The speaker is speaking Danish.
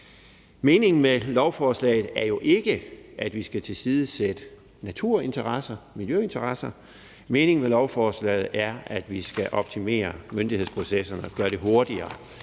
Meningen med lovforslaget er jo ikke, at vi skal tilsidesætte naturinteresser og miljøinteresser. Meningen med lovforslaget er, at vi skal optimere myndighedsprocesserne og gøre det hurtigere